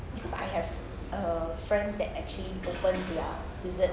because I have err friends that actually opened their dessert